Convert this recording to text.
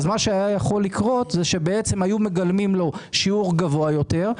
היו מגלמים לחוסך שיעור גבוה יותר,